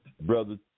Brother